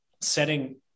setting